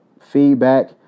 feedback